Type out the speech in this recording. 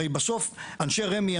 הרי בסוף אנשי רמ"י,